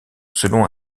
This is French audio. selon